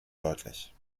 deutlich